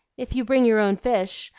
if you bring your own fish.